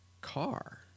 car